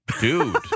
Dude